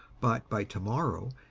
but by to-morrow,